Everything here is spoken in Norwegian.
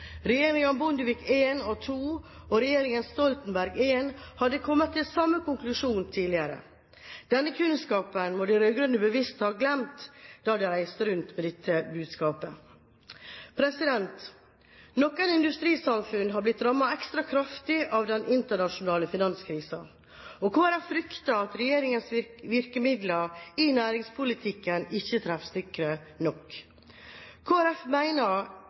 regjeringen Stoltenberg I hadde kommet til samme konklusjon tidligere. Denne kunnskapen må de rød-grønne bevisst ha glemt da de reiste rundt med dette budskapet. Noen industrisamfunn har blitt rammet ekstra kraftig av den internasjonale finanskrisen. Kristelig Folkeparti frykter at regjeringens virkemidler i næringspolitikken ikke er treffsikre nok.